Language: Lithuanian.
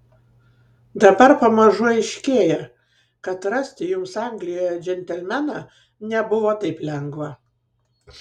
dabar pamažu aiškėja kad rasti jums anglijoje džentelmeną nebuvo taip lengva